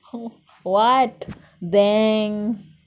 !huh! what dang